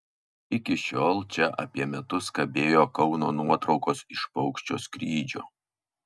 iki šiol čia apie metus kabėjo kauno nuotraukos iš paukščio skrydžio